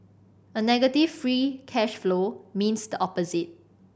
a negative free cash flow means the opposite